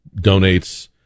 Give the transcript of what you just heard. donates